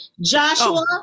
Joshua